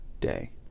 day